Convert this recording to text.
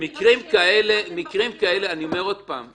אני אומר עוד פעם,